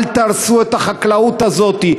אל תהרסו את החקלאות הזאת.